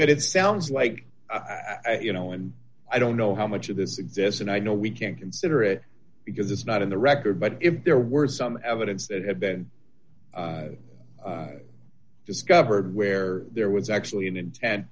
good it sounds like you know and i don't know how much of this exists and i know we can't consider it because it's not in the record but if there were some evidence that had been discovered where there was actually an inten